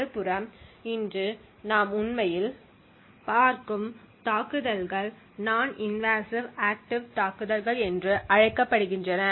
மறுபுறம் இன்று நாம் உண்மையில் பார்க்கும் தாக்குதல்கள் நான் இன்வாஸிவ் ஆக்ட்டிவ் தாக்குதல்கள் என்று அழைக்கப்படுகின்றன